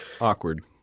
awkward